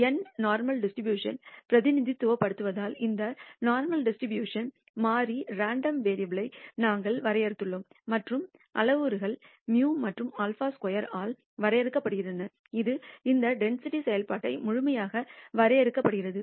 N normal டிஸ்ட்ரிபூஷணனை பிரதிநிதித்துவப்படுத்துவதால் இந்த நோர்மல்டிஸ்ட்ரிபியூஷன் மாறி ரேண்டம் வேரியபுல்ஐ நாங்கள் வரையறுத்துள்ளோம் மற்றும் அளவுருக்கள் μ மற்றும் σ2 ஆல் வரையறுக்கப்படுகின்றன இது இந்த டென்சிட்டி செயல்பாட்டை முழுமையாக வரையறுக்கிறது